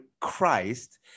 Christ